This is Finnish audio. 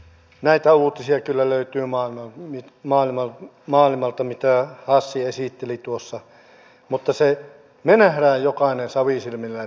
näitä uutisia kyllä löytyy maailmalta mitä hassi esitteli tuossa mutta me näemme jokainen savisilmillä mitä tapahtuu